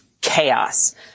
chaos